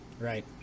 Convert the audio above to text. Right